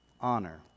honor